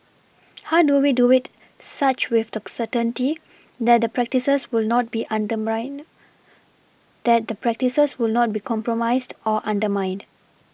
how do we do wit such with the certainty that the practices will not be undermined that the practices will not be compromised or undermined